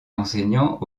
enseignant